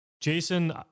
Jason